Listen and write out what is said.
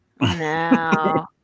No